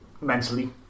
mentally